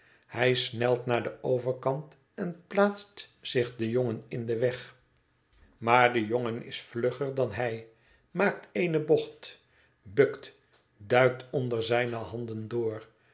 hij snelt naar den overkant en plaatst zich den jongen in den weg maar de jongen is vlugger dan hij maakt eene bocht bukt duikt onder zijne handen door